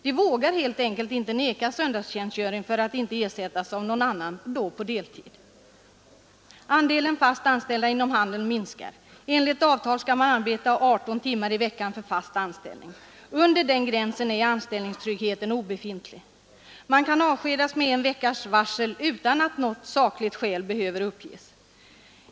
Man vågar helt enkelt inte neka söndagstjänstgöring för att inte ersättas av någon annan, då på deltid. Andelen fast anställda inom handeln minskar. Enligt avtal skall man arbeta 18 timmar i veckan för fast anställning. Under den gränsen är anställningstryggheten obefintlig. Man kan avskedas med en veckas varsel utan att något sakligt skäl behöver uppges.